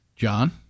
John